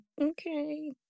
okay